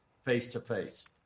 face-to-face